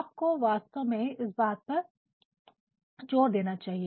आपको वास्तव में इस बात पर जोर देना चाहिए